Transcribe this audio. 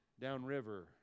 downriver